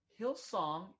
Hillsong